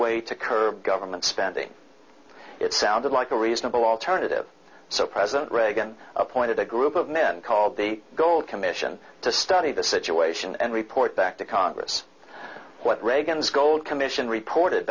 way to curb government spending it sounded like a reasonable alternative so president reagan appointed a group of men called the gold commission to study the situation and report back to congress what reagan's gold commission report